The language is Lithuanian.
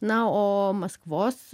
na o maskvos